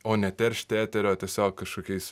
o neteršti eterio tiesiog kažkokiais